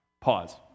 pause